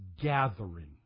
gathering